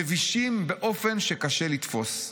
מבישים באופן שקשה לתפוס.